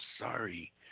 sorry